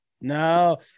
No